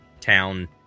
town